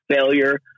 failure